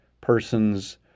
persons